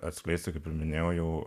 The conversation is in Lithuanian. atskleisti kaip ir minėjau